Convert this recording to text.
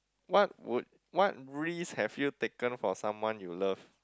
what would what risk have you taken for someone you love